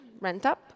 RentUp